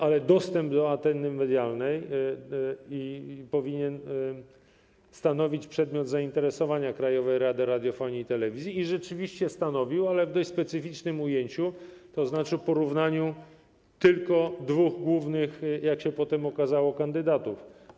Ale dostęp do anteny medialnej powinien stanowić przedmiot zainteresowania Krajowej Rady Radiofonii i Telewizji i rzeczywiście stanowił, ale w dość specyficznym ujęciu, które polegało na porównaniu tylko dwóch głównych, jak się potem okazało, kandydatów.